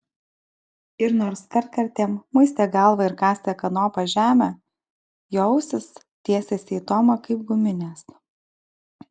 ir nors kartkartėm muistė galvą ir kasė kanopa žemę jo ausys tiesėsi į tomą kaip guminės